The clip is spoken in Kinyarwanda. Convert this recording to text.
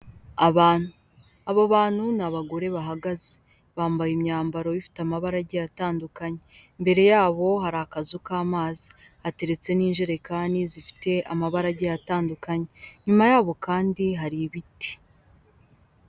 Abantu abo bantu ni abagore bahagaze bambaye imyambaro ifite amabara agiye atandukanye, imbere yabo hari akazu k'amazi, hateretse n'injerekani zifite amabara agiye atandukanye inyuma yaho kandi hari ibiti.